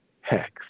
HEX